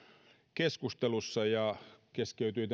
keskustelussa puheenvuorojen käyttö keskeytyi